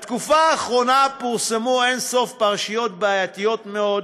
בתקופה האחרונה פורסמו אין-סוף פרשיות בעייתיות מאוד,